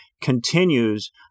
continues